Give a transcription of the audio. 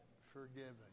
forgiven